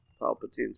Palpatine's